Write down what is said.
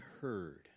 heard